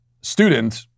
student